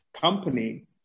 company